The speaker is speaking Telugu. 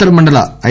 ఉత్తర మండల ఐ